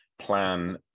plan